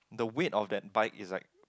the weight of that bike is like